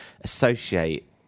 associate